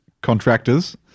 contractors